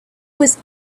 was